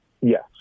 yes